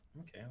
Okay